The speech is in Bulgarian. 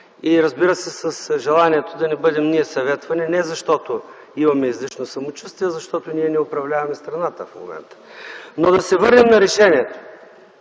и, разбира се, с желанието да не бъдем ние съветвани, не защото имаме излишно самочувствие, а защото ние не управляваме страната в момента. Но да се върнем на решението.